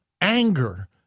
anger